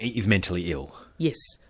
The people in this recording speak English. is mentally ill? yes.